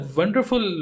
wonderful